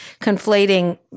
conflating